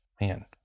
man